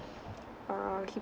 err he